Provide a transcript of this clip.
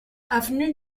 avenue